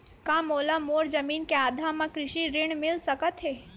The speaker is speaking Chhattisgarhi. का मोला मोर जमीन के आधार म कृषि ऋण मिल सकत हे?